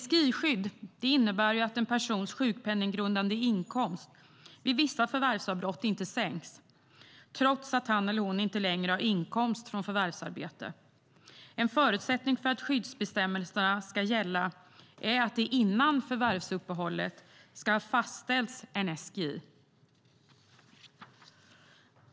SGI-skydd innebär att en persons sjukpenninggrundande inkomst vid vissa förvärvsavbrott inte sänks trots att han eller hon inte längre har inkomst från förvärvsarbete. En förutsättning för att skyddsbestämmelserna ska gälla är att det före förvärvsuppehållet ska ha fastställts en SGI.